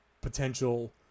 potential